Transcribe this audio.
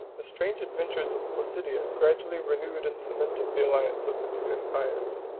the strange adventures of placidia gradually renewed and cemented the alliance of the two empires.